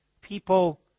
People